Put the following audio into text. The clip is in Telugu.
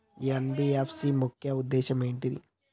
ఎన్.బి.ఎఫ్.సి ముఖ్య ఉద్దేశం ఏంటి?